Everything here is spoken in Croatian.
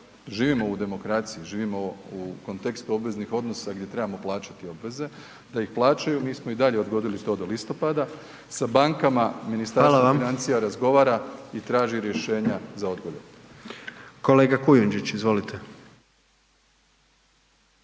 živimo u demokraciji, živimo u kontekstu obveznih odnosa gdje trebamo plaćati obveze, da ih plaćaju, mi smo i dalje to odgodili do listopada, sa bankama …/Upadica: Hvala/…Ministarstvo financija razgovara i traži rješenja za odgode. **Jandroković, Gordan